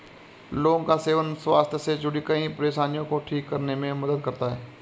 लौंग का सेवन स्वास्थ्य से जुड़ीं कई परेशानियों को ठीक करने में मदद करता है